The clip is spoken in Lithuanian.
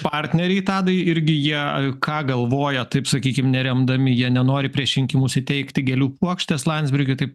partneriai tadai irgi jie ką galvoja taip sakykim neremdami jie nenori prieš rinkimus įteikti gėlių puokštės landsbergiui taip